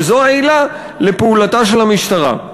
וזו העילה לפעולתה של המשטרה.